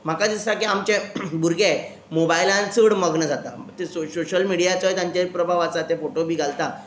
म्हाका दिसता की आमचे भुरगे मोबायलान चड मग्न जाता ते शो सोशल मिडयाचोय तांचेर प्रभाव आसा ते फोटो बी घालता